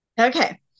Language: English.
Okay